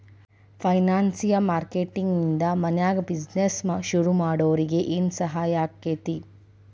ಫೈನಾನ್ಸಿಯ marketing ನಿಂದಾ ಮನ್ಯಾಗ್ business ಶುರುಮಾಡ್ದೊರಿಗೆ ಏನ್ಸಹಾಯಾಕ್ಕಾತಿ?